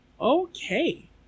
Okay